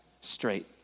straight